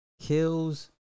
kills